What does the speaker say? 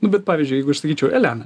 nu bet pavyzdžiui jeigu sakyčiau elena